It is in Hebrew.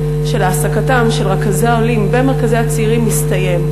להעסקתם של רכזי העולים במרכזי הצעירים מסתיים.